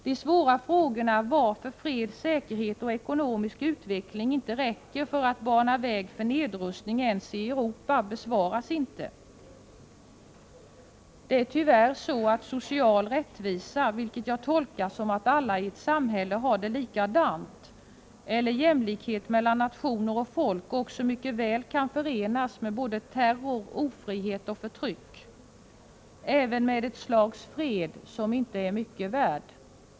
De svåra frågorna varför fred, säkerhet och ekonomisk utveckling inte räcker för att bana väg för nedrustning ens i Europa, besvaras inte. Det är tyvärr så att social rättvisa, vilket jag tolkar som att alla i ett samhälle har det likadant eller att man har jämlikhet mellan nationer och folk, också mycket väl kan förenas med terror, ofrihet och förtryck. Det är alltså ett slags fred som inte är mycket värt.